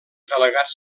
delegats